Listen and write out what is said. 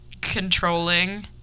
controlling